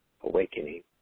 awakening